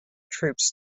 troops